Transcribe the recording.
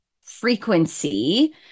frequency